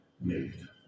made